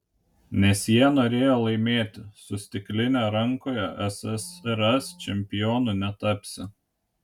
nes jie norėjo laimėti su stikline rankoje ssrs čempionu netapsi